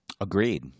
Agreed